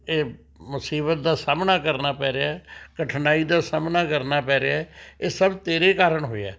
ਇਹ ਮੁਸੀਬਤ ਦਾ ਸਾਹਮਣਾ ਕਰਨਾ ਪੈ ਰਿਹਾ ਹੈ ਕਠਿਨਾਈ ਦਾ ਸਾਹਮਣਾ ਕਰਨਾ ਪੈ ਰਿਹਾ ਹੈ ਇਹ ਸਭ ਤੇਰੇ ਕਾਰਨ ਹੋਇਆ